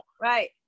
Right